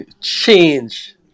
change